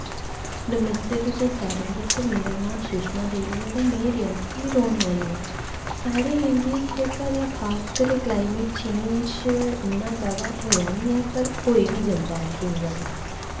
नमस्ते तुसें सारें गी ते मेरा नांऽ सुषमा देवी ऐ ते में रियासी दी रौह्ने आह्ली आं साढ़े एरिया च जेह्का तां खासकर क्लाईमेट इन्ना जादा होआ निं ऐ पर होई बी जंदा ऐ केईं बारी